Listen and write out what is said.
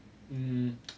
um